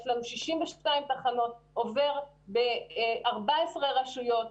יש לנו 62 תחנות, עובר ב-14 רשויות.